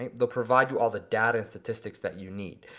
they'll provide you all the data and statistics that you need.